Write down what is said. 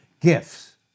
gifts